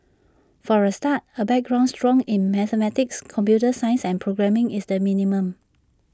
for A start A background strong in mathematics computer science and programming is the minimum